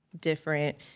different